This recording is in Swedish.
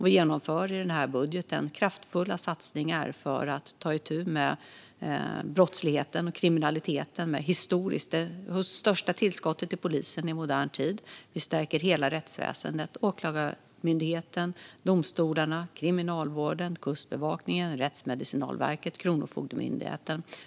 Vi genomför i budgeten kraftfulla satsningar för att ta itu med brottsligheten och kriminaliteten. Historiskt sett ger vi det största tillskottet till polisen i modern tid, och vi stärker hela rättsväsendet: Åklagarmyndigheten, domstolarna, Kriminalvården, Kustbevakningen, Rättsmedicinalverket och Kronofogdemyndigheten.